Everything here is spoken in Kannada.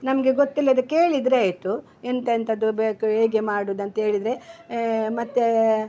ನಮಗೆ ಗೊತ್ತಿಲ್ಲದೆ ಕೇಳಿದರೆ ಆಯಿತು ಎಂತೆಂಥದ್ದು ಬೇಕು ಹೇಗೆ ಮಾಡುವುದಂತೇಳಿದ್ರೆ ಮತ್ತು